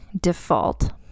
default